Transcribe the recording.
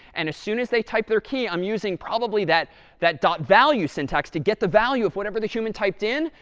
and as soon as they type their key, i'm using probably that that value syntax to get the value of whatever the human typed in,